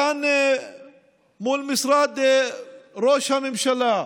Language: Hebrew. כאן מול משרד ראש הממשלה,